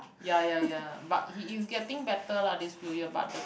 ya ya ya but he you getting better lah this few years but the